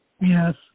Yes